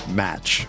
match